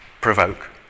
provoke